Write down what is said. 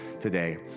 today